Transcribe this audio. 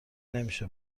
نمیشه